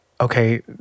okay